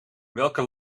welke